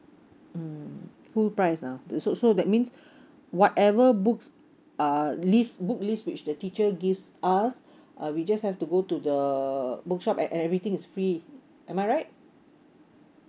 mm full price ah so so that means whatever books uh list book list which the teacher gives us uh we just have to go to the bookshop and everything is free am I right